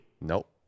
Nope